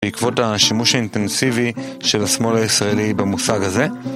בעקבות השימוש האינטנסיבי של השמאל הישראלי במושג הזה